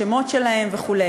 השמות שלהן וכו'.